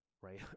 right